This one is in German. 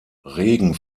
regen